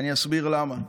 ואני אסביר למה.